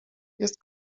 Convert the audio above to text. jest